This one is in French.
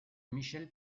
michelle